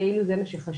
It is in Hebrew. כאילו זה רק מה שחשוב.